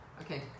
Okay